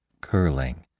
curling